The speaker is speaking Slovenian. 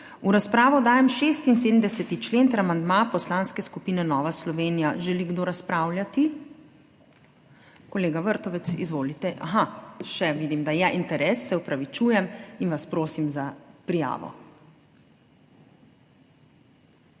V razpravo dajem 76. člen ter amandma Poslanske skupine Nova Slovenija. Želi kdo razpravljati? Kolega Vrtovec, izvolite ..aha, vidim, da je še interes, se opravičujem in vas prosim za prijavo.